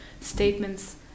statements